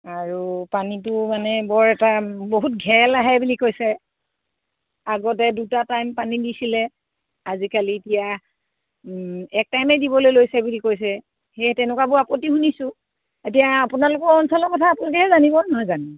আৰু পানীটো মানে বৰ এটা বহুত ঘেল আহে বুলি কৈছে আগতে দুটা টাইম পানী দিছিলে আজিকালি এতিয়া এক টাইমে দিবলৈ লৈছে বুলি কৈছে সেয়ে তেনেকুৱাবোৰ আপত্তি শুনিছো এতিয়া আপোনালোকৰ অঞ্চলৰ কথা আপোনালোকেহে জানিব নহয় জানো